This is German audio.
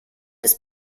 ist